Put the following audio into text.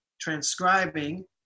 transcribing